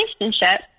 relationship